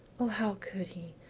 o, how could he,